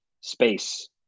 space